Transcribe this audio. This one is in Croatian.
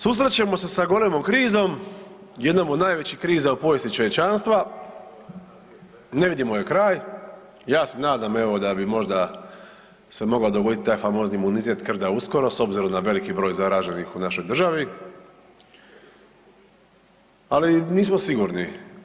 Susrećemo se sa golemom krizom jednom od najvećih kriza u povijesti čovječanstva, ne vidimo joj kraj, ja se nadam evo da mi možda se mogao dogodit taj famozni imunitet krda uskoro s obzirom na veliki broj zaraženih u našoj državi, ali nismo sigurni.